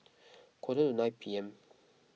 quarter to nine P M